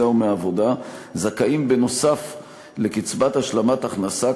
או מעבודה זכאים נוסף על כך לקצבת השלמת הכנסה,